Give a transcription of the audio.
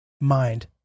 mind